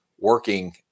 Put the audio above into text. working